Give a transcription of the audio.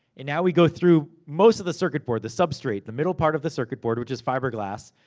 and now we go through most of the circuit board. the substrate, the middle part of the circuit board. which is fiberglass.